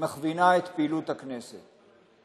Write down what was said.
ומכווינה את פעילות הכנסת.